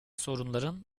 sorunların